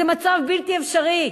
זה מצב בלתי אפשרי.